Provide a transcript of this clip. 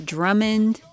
Drummond